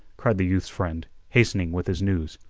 cried the youth's friend, hastening with his news.